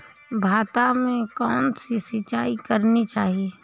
भाता में कौन सी सिंचाई करनी चाहिये?